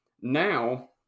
now